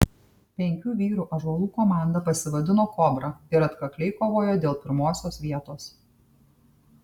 penkių vyrų ąžuolų komanda pasivadino kobra ir atkakliai kovojo dėl pirmosios vietos